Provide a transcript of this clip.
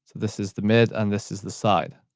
this is the mid and this is the side.